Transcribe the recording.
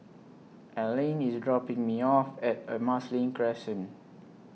Alline IS dropping Me off At Marsiling Crescent